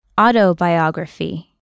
Autobiography